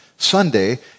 Sunday